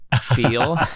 feel